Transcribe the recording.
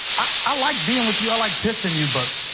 i like being with you. i like kissing you, but